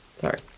Sorry